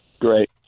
Great